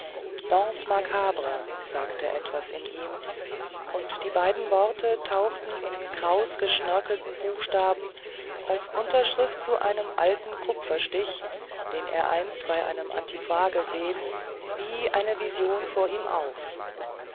danse macabre sagte etwas in ihm und die beiden worte tauchten in kraus geschnörkelten buchstaben als unterschrift zu einem alten kupferstich den er einst bei einem antiquar gesehen wie eine vision vor ihm auf